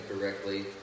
correctly